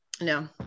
No